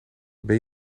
ben